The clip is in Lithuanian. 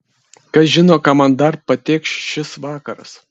kas žino ką man dar patėkš šis vakaras